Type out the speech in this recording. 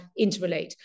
interrelate